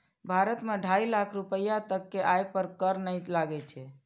भारत मे ढाइ लाख रुपैया तक के आय पर कर नै लागै छै